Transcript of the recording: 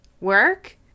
work